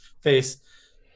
face